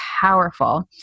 powerful